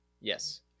Yes